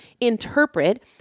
interpret